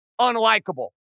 unlikable